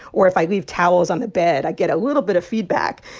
or if i leave towels on the bed, i get a little bit of feedback.